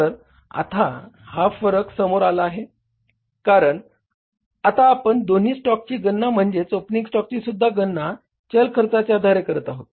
तर आता हा फरक समोर आला आहे कारण आता आपण दोन्ही स्टॉकची गणना म्हणजेच ओपनिंग स्टॉकचीसुद्धा गणना चल खर्चाच्या आधारे करत आहोत